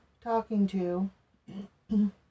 talking-to